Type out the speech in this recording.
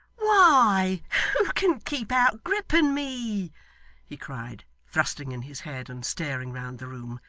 why, who can keep out grip and me he cried, thrusting in his head, and staring round the room.